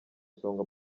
isonga